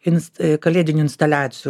ins kalėdinių instaliacijų